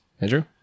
andrew